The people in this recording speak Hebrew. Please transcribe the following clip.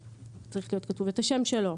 צריך להיות כתוב בו שמו,